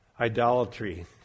idolatry